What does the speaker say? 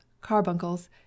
carbuncles